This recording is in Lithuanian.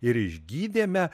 ir išgydėme